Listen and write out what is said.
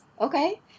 Okay